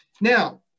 now